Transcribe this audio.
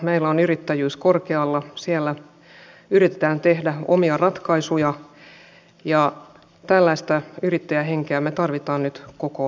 meillä on yrittäjyys korkealla siellä yritetään tehdä omia ratkaisuja ja tällaista yrittäjähenkeä me tarvitsemme nyt koko maassa